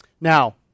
Now